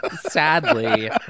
Sadly